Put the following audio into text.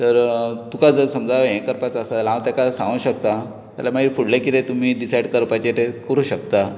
तर अ तुका जर समजा हें करपाचो आसा जाल्यार हांव तेका सांगो शकता जाल्यार मागीर फुडले कितें तुमी डिसायड करपाचें तें करूंक शकता